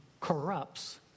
corrupts